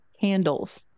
candles